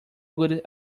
good